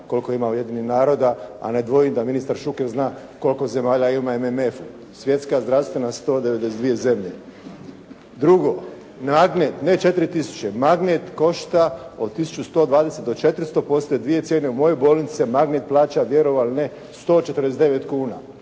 koliko ima Ujedinjenih naroda, a ne dvojim da ministar Šuker zna koliko zemalja ima u MMF-u. Svjetska zdravstvena 192 zemlje. Drugo, magnet ne 4000. Magnet košta od 1120 do 400. Postoje dvije cijene u mojoj bolnici, a magnet plaća vjerovali ili ne 149 kuna.